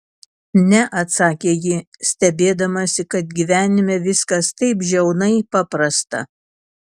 ne atsakė ji stebėdamasi kad gyvenime viskas taip žiaunai paprasta